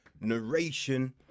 narration